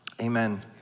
amen